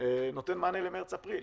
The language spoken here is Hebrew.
נותן מענה למרץ-אפריל.